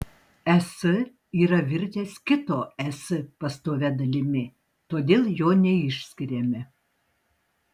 es yra virtęs kito es pastovia dalimi todėl jo neišskiriame